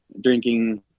drinking